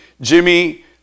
Jimmy